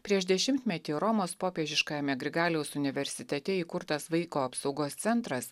prieš dešimtmetį romos popiežiškajame grigaliaus universitete įkurtas vaiko apsaugos centras